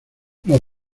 los